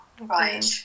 Right